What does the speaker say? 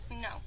No